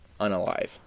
Unalive